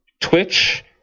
Twitch